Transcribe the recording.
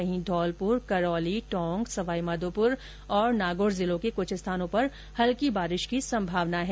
वहीं धौलपुर करौली टोंक सवाई माधोपुर ओर नागौर जिलों के कुछ स्थानों पर हल्की बारिश की संभावना है